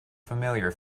familiar